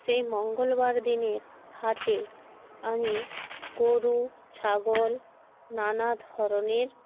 সেই মঙ্গলবার দিনের হাটে আমি গরু ছাগল নানা ধরনের